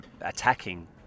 attacking